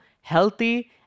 healthy